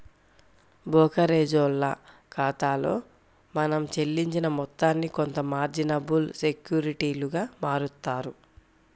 బోకరేజోల్ల ఖాతాలో మనం చెల్లించిన మొత్తాన్ని కొంత మార్జినబుల్ సెక్యూరిటీలుగా మారుత్తారు